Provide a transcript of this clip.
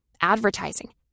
advertising